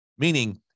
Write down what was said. Meaning